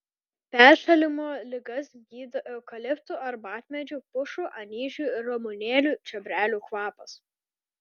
peršalimo ligas gydo eukaliptų arbatmedžių pušų anyžių ramunėlių čiobrelių kvapas